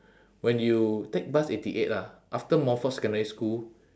when you take bus eighty eight lah after montfort secondary school